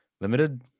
Limited